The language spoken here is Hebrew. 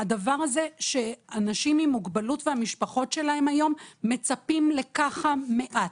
זה שאנשים עם מוגבלות והמשפחות שלהם מצפים לכל כך מעט.